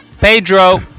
Pedro